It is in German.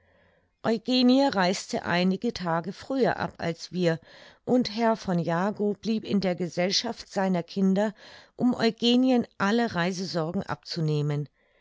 eugenie reiste einige tage früher ab als wir und herr v jagow blieb in der gesellschaft seiner kinder um eugenien alle reisesorgen abzunehmen